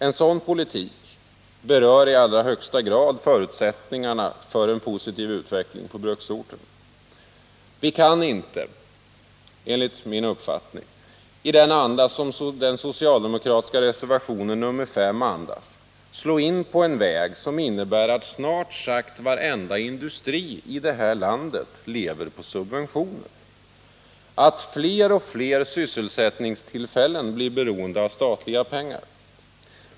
En sådan politik berör i allra högsta grad förutsättningarna för en positiv utveckling på bruksorterna. Vi kaninte, enligt min uppfattning, i den anda som den socialdemokratiska reservationen 5 andas, slå in på en väg som innebär att snart sagt varenda industri i det här landet lever på subventioner, att fler och fler sysselsättningstillfällen blir beroende av statliga pengar.